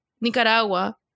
Nicaragua